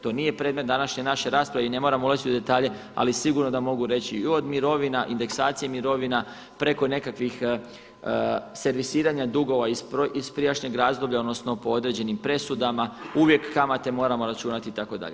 To nije predmet današnje naše rasprave i ne moramo ulaziti u detalje, ali sigurno da mogu reći i od mirovina, indeksacije mirovina preko nekakvih servisiranja dugova iz prijašnjeg razdoblja odnosno po određenim presudama, uvijek kamate moramo računati itd.